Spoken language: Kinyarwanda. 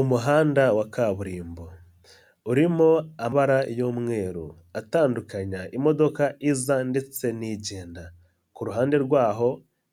Umuhanda wa kaburimbo urimo amabara y'umweru atandukanye imodoka iza ndetse n'igenda, ku ruhande rwaho